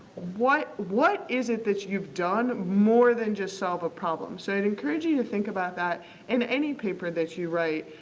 what what is it that you've done more than just solve a problem? so, i would encourage you you to think about that in any paper that you write,